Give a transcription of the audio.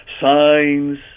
signs